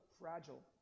fragile